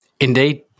Indeed